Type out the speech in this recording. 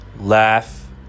laugh